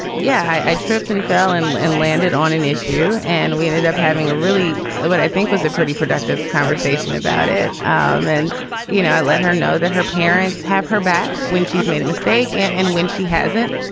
yeah i tripped and fell in line landed on an issue and we ended up having a really what i think was a pretty productive conversation about it. um and you know i let her know that her parents have her back when she's made a mistake and and when she hasn't.